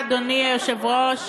אדוני היושב-ראש,